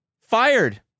Fired